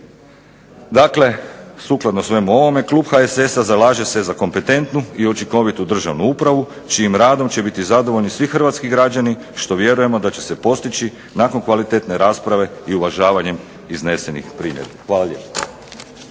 Dakle, sukladno svemu ovome klub HSS-a zalaže se za kompetentnu i učinkovitu državnu upravu čijim radom će biti zadovoljni svi hrvatski građani što vjerujemo da će se postići nakon kvalitetne rasprave i uvažavanjem iznesenih primjedbi. Hvala lijepo.